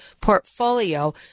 portfolio